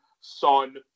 Son